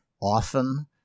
often